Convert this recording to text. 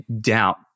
doubt